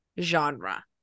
Genre